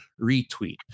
retweet